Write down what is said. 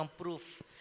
Proof